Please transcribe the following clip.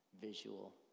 visual